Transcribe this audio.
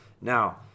Now